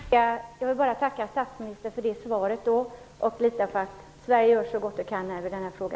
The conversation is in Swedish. Herr talman! Jag vill bara tacka statsministern för det svaret och litar på att Sverige gör så gott man kan i denna fråga.